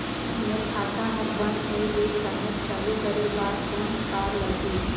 मोर खाता हर बंद होय गिस साहेब चालू करे बार कौन का लगही?